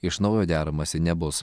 iš naujo deramasi nebus